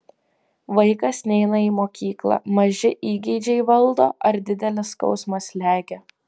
vaikas neina į mokyklą maži įgeidžiai valdo ar didelis skausmas slegia